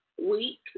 week